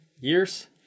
years